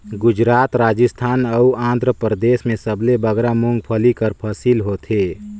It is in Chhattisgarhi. गुजरात, राजिस्थान अउ आंध्रपरदेस में सबले बगरा मूंगफल्ली कर फसिल होथे